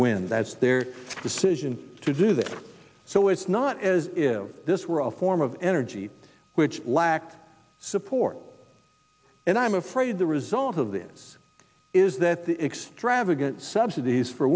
wind that's their decision to do this so it's not as if this were a form of energy which lacked support and i'm afraid the result of this is that the extravagant subsidies for